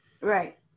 Right